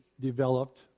developed